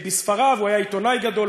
הוא היה עיתונאי גדול,